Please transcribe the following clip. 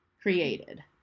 created